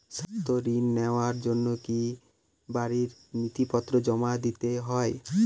স্বাস্থ্য ঋণ নেওয়ার জন্য কি বাড়ীর নথিপত্র জমা দিতেই হয়?